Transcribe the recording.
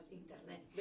internet